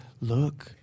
look